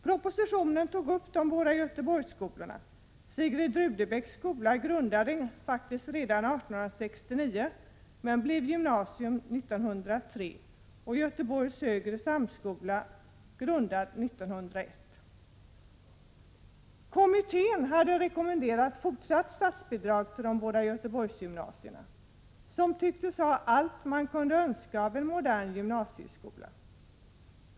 Propositionen tog upp de båda Göteborgsskolorna Sigrid Rudebecks skola, grundad 1869, gymnasium 1903, och Göteborgs högre samskola, grundad 1901. Kommittén hade rekommenderat fortsatt statsbidrag till de både Göteborgsgymnasierna, som tycktes ha allt man kunde önska av en modern gymnasieskola.